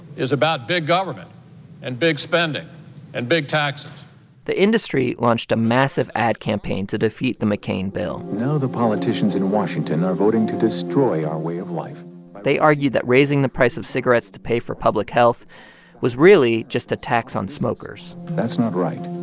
is about big government and big spending and big taxes the industry launched a massive ad campaign to defeat the mccain bill now the politicians in washington are voting to destroy our way of life they argued that raising the price of cigarettes to pay for public health was really just a tax on smokers that's not right.